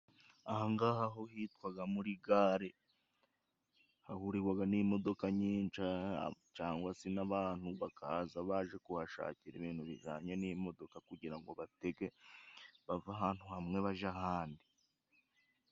Ahangaha ho hitwaga muri gare. Hahurirwaga n'imodoka nyinshi, cangwa se n'abantu bakaza baje kuhashakira ibintu bijyanye n'imodoka kugira ngo batege, bave ahantu hamwe baje ahandi.